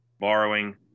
borrowing